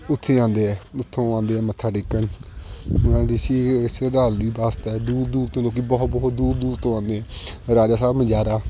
ਉੱਥੇ ਜਾਂਦੇ ਹੈ ਉੱਥੋਂ ਆਉਂਦੇ ਆ ਮੱਥਾ ਟੇਕਣ ਉਹਨਾਂ ਦੀ ਸ ਸ਼ਰਧਾਂਜਲੀ ਵਾਸਤੇ ਦੂਰ ਦੂਰ ਤੋਂ ਲੋਕ ਬਹੁਤ ਬਹੁਤ ਦੂਰ ਦੂਰ ਤੋਂ ਆਉਂਦੇ ਆ ਰਾਜਾ ਸਾਹਿਬ ਮਜਾਰਾ